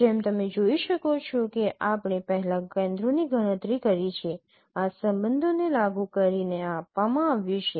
જેમ તમે જોઈ શકો છો કે આપણે પહેલા કેન્દ્રોની ગણતરી કરી છે આ સંબંધોને લાગુ કરીને આ આપવામાં આવ્યું છે